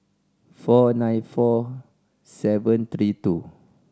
four nine four seven three two